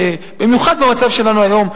במיוחד במצב שלנו היום,